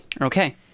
okay